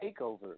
TakeOver